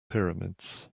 pyramids